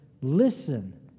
listen